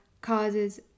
causes